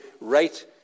right